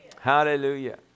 Hallelujah